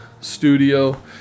studio